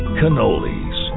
cannolis